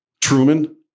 Truman